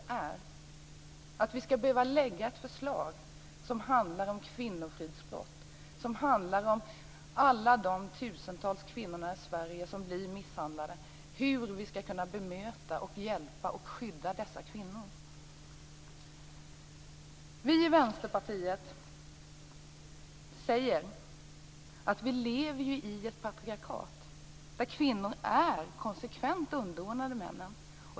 Det är skamligt att vi skall behöva lägga fram ett förslag om handlar om kvinnofridsbrott, som handlar om alla de tusentals kvinnor i Sverige som blir misshandlade och om hur vi skall kunna bemöta, hjälpa och skydda dessa kvinnor. Vi i Vänsterpartiet säger att vi lever i ett patriarkat där kvinnorna konsekvent är underordnade männen.